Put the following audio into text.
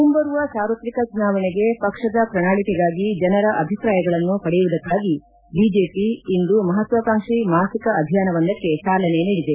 ಮುಂಬರುವ ಸಾರ್ವತ್ರಿಕ ಚುನಾವಣೆಗೆ ಪಕ್ಷದ ಪ್ರಣಾಳಿಕೆಗಾಗಿ ಜನರ ಅಭಿಪ್ರಾಯಗಳನ್ನು ಪಡೆಯುವುದಕ್ಷಾಗಿ ಬಿಜೆಪಿ ಇಂದು ಮಹತ್ವಾಕಾಂಕ್ಷಿ ಮಾಸಿಕ ಅಭಿಯಾನವೊಂದಕ್ಕೆ ಚಾಲನೆ ನೀಡಿದೆ